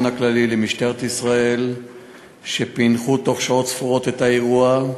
הכללי ולמשטרת ישראל שפענחו בתוך שעות ספורות את האירוע,